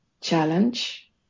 challenge